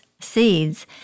seeds